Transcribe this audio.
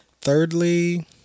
thirdly